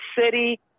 city